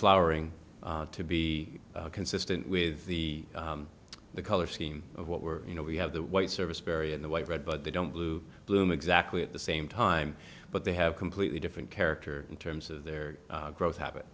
flowering to be consistent with the the color scheme of what we're you know we have the white service berry and the white red but they don't blue bloom exactly at the same time but they have completely different character in terms of their growth habit